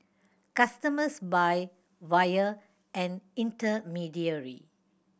customers buy via an intermediary